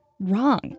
Wrong